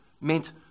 meant